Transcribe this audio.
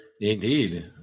Indeed